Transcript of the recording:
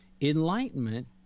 Enlightenment